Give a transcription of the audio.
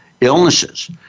illnesses